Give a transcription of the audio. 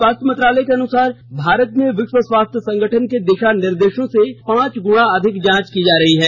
स्वास्थ्य मंत्रालय के अनुसार भारत में विश्व स्वास्थ्य संगठन के दिशा निर्देशों से पांच गुणा अधिक जांच की जा रही है